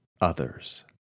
others